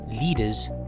leaders